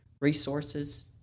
resources